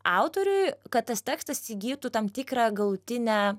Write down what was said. autoriui kad tas tekstas įgytų tam tikrą galutinę